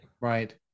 Right